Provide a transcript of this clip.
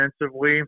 defensively